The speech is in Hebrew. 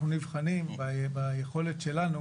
אנחנו נבחנים אולי עם היכולת שלנו